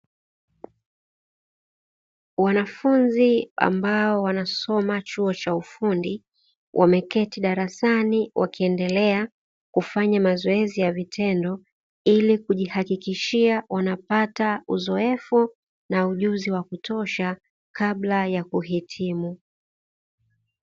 Wanafunzi ambao wanasoma chuo cha ufundi wameketi darasani wakiendelea kufanya mazoezi ya vitendo, ili kujihakikishia wanapata uzoefu na ujuzi wa kutosha kabla ya kuhitimu.